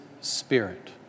spirit